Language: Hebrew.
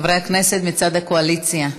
חברי הכנסת מצד הקואליציה,